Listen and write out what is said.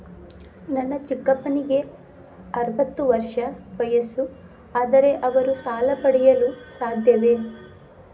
ನನ್ನ ಚಿಕ್ಕಪ್ಪನಿಗೆ ಅರವತ್ತು ವರ್ಷ ವಯಸ್ಸು, ಆದರೆ ಅವರು ಸಾಲ ಪಡೆಯಲು ಸಾಧ್ಯವೇ?